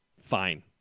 fine